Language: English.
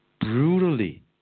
brutally